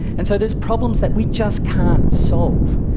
and so there's problems that we just can't solve.